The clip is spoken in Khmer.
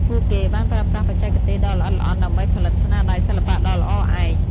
ពួកគេបានប្រើប្រាស់បច្ចេកទេសដ៏ល្អិតល្អន់ដើម្បីផលិតស្នាដៃសិល្បៈដ៏ល្អឯក។